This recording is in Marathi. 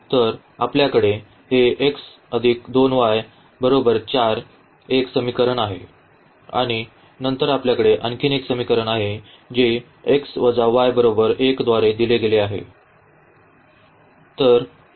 तर आपल्याकडे हे 𝑥2𝑦 4 एक समीकरण आहे आणि नंतर आपल्याकडे आणखी एक समीकरण आहे जे 1 द्वारे दिले गेले आहे